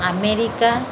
America